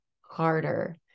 harder